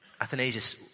Athanasius